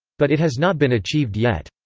but it has not been achieved yet.